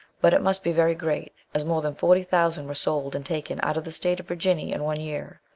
but it must be very great, as more than forty thousand were sold and taken out of the state of virginia in one year.